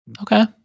okay